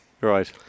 Right